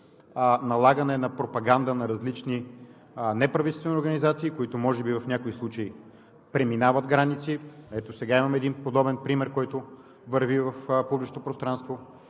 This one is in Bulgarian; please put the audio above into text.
налагане на пропаганда на различни неправителствени организации, които може би в някои случаи преминават граници – ето, сега имаме един подобен пример, който върви в публичното пространство,